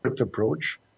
approach